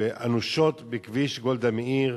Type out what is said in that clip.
אנושות בכביש גולדה מאיר,